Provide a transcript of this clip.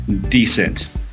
decent